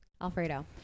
Alfredo